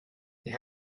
they